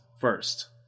first